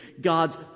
God's